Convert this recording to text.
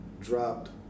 dropped